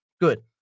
good